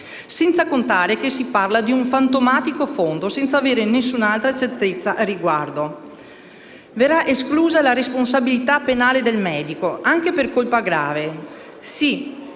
Senza contare che si parla di un fantomatico fondo senza avere nessun'altra certezza a riguardo. Verrà esclusa la responsabilità penale del medico, anche per colpa grave, se